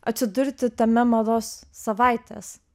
atsidurti tame mados savaitės